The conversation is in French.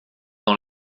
dans